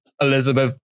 Elizabeth